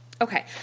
Okay